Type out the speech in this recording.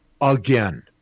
again